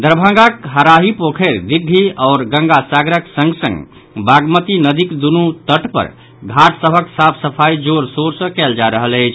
दरभंगा हराही पोखरि दिग्घी आओर गंगा सागरक संग संग बागमती नदीक दूनू तट पर घाट सभक साफ सफाई जोर शोर सॅ कयल जा रहल अछि